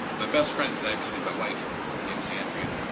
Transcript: my best friend is actually my wife, her name is andrea.